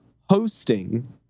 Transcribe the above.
hosting